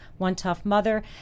OneToughMother